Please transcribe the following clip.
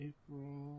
April